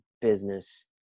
business